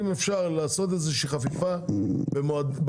אם אפשר לעשות איזושהי חפיפה במועדים,